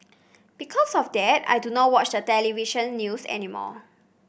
because of that I do not watch the television news anymore